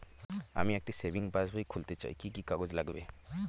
আমি একটি সেভিংস পাসবই খুলতে চাই কি কি কাগজ লাগবে?